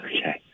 Okay